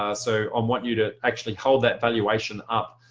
i so um want you to actually hold that valuation up.